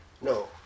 No